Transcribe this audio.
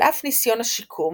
על אף ניסיון השיקום,